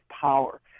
power